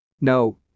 No